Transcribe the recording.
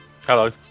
Hello